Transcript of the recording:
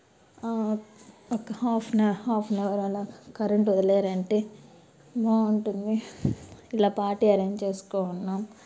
ఒక హాఫ్నవ్ హాఫ్నవర్ అలా కరెంటు వదిలారు అంటే బాగుంటుంది ఇలా పార్టీ అరేంజ్ చేసుకున్నాం